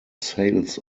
sales